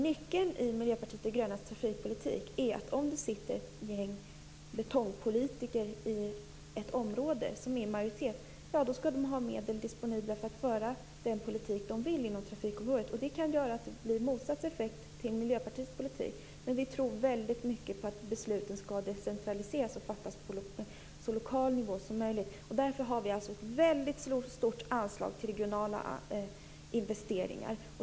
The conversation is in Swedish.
Nyckeln i Miljöpartiet de grönas trafikpolitik är att om det sitter ett gäng betongpolitiker i ett område som är i majoritet, då skall de ha medel disponibla att föra den politik de vill inom trafikområdet. Det kan göra att det blir motsats effekt i förhållande till Miljöpartiets politik. Men vi tror väldigt mycket på att besluten skall decentraliseras och fattas på lokal nivå. Därför har vi ett väldigt stort anslag till regionala investeringar.